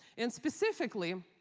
and specifically,